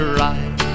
right